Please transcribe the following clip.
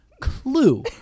clue